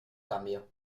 cambio